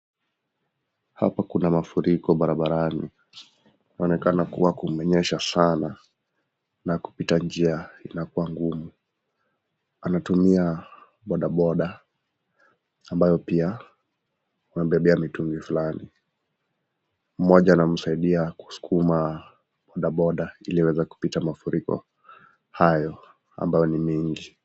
Hapa kuna mafuriko barabarani. Inaonekana kuwa kumenyesha sana na kupita njia inakuwa ngumu. Wanatumia bodaboda ambayo pia wamebebea mitungi fulani. Mmoja anamsaidia kusukuma bodaboda ili waweze kupita mafuriko hayo ambayo ni mingi.